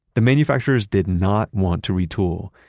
the manufacturers did not want to retool.